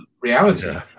reality